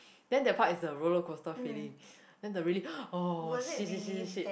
then that part is the rollercoaster feeling then the really oh shit shit shit shit shit